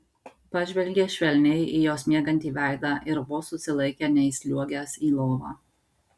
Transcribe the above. pažvelgė švelniai į jos miegantį veidą ir vos susilaikė neįsliuogęs į lovą